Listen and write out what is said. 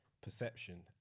perception